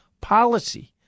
policy